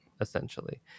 essentially